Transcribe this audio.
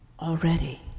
already